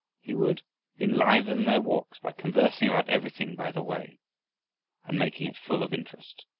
he would enliven their walks by conversing about everything by the way and making it full of interest.